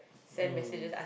mm